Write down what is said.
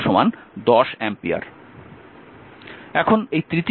এখন এই তৃতীয় অর্থাৎ 26 অংশে দেখুন